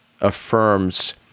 affirms